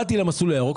באתי למסלול הירוק,